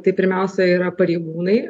tai pirmiausia yra pareigūnai